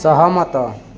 ସହମତ